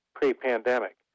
pre-pandemic